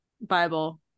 bible